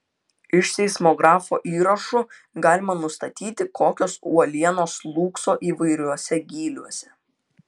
iš seismografo įrašų galima nustatyti kokios uolienos slūgso įvairiuose gyliuose